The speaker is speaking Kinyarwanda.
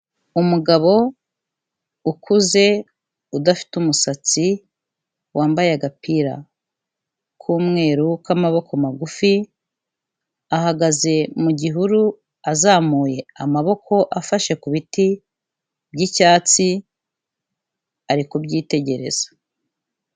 Umugabo ukuze udafite umusatsi, wambaye agapira k'umweru k'amaboko magufi, ahagaze mu gihuru azamuye amaboko afashe ku biti by'icyatsi, ari kubyitegereza.